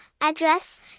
address